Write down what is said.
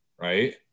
Right